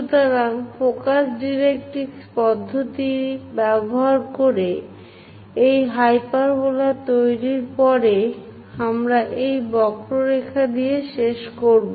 সুতরাংফোকাস directrix পদ্ধতি ব্যবহার করে এই হাইপারবোলা তৈরির পরে আমরা এই বক্ররেখা দিয়ে শেষ করব